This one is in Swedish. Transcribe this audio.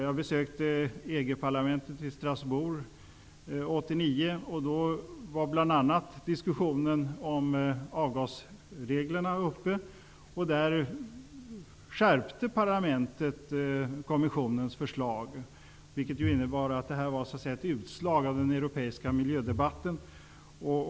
Jag besökte EG parlamentet i Strasbourg 1989, och då var bl.a. diskussionen om avgasreglerna uppe. Där skärpte parlamentet kommissionens förslag, vilket ju så att säga var ett utslag av den europeiska miljödebatten.